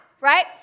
Right